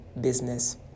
business